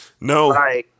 No